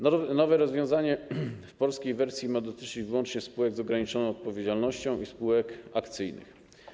Nowe rozwiązanie w polskiej wersji ma dotyczyć wyłącznie spółek z ograniczoną odpowiedzialnością i spółek akcyjnych.